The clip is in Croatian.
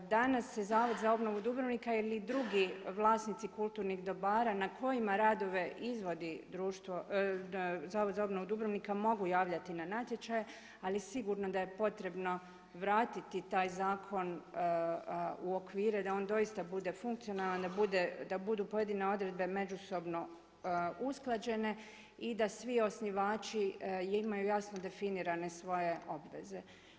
Danas se Zavod za obnovu Dubrovnika ili drugi vlasnici kulturnih dobara na kojima radove izvodi društvo, Zavod za obnovu Dubrovnika mogu javljati na natječaje ali sigurno da je potrebno vratiti taj zakon u okvire da on doista bude funkcionalan, da budu pojedine odredbe međusobno usklađene i da svi osnivači imaju jasno definirane svoje obveze.